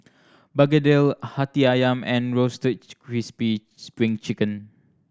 begedil Hati Ayam and Roasted Crispy Spring Chicken